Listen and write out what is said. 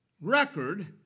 record